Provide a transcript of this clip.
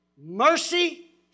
Mercy